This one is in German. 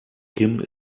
kim